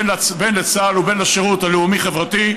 בין לצה"ל ובין לשירות הלאומי-חברתי.